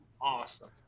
awesome